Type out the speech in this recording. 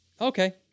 Okay